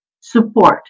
support